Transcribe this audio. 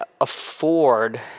afford